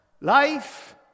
Life